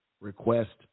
request